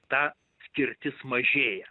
ta skirtis mažėja